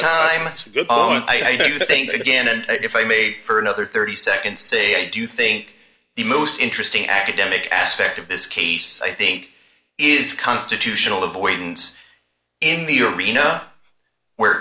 time and i do think again and if i may for another thirty seconds say i do think the most interesting academic aspect of this case i think is constitutional avoidance in the arena where